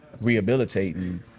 rehabilitating